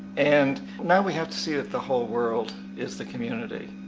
and now we have to see that the whole world is the community.